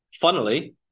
Funnily